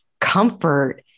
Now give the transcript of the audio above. comfort